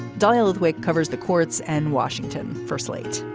doyle adweek covers the courts and washington for slate